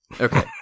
Okay